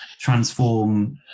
transform